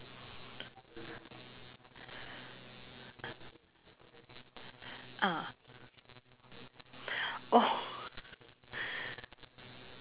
ah oh